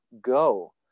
go